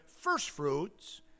firstfruits